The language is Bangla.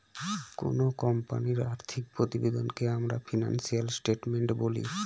কোনো কোম্পানির আর্থিক প্রতিবেদনকে আমরা ফিনান্সিয়াল স্টেটমেন্ট বলি